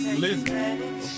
Listen